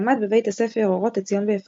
למד בבית הספר אורות עציון באפרת,